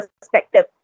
perspective